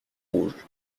rouge